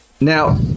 Now